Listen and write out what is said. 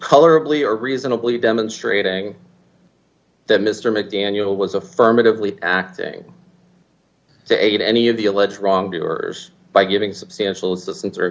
color oblio or reasonably demonstrating that mr mcdaniel was affirmatively acting to aid any of the alleged wrongdoers by giving substantial assistance or